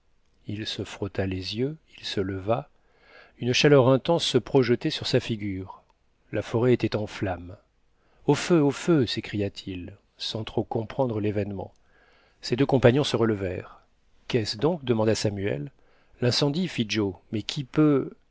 il se frotta les yeux il se leva une chaleur intense se projetait sur sa figure la forêt était en flammes au feu au feu s'écria-t-il sans trop comprendre l'événement ses deux compagnons se relevèrent qu'est-ce donc demanda samuel l'incendie fit joe mais qui peut